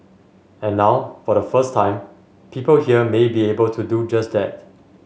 and now for the first time people here may be able to do just that